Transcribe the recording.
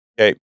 okay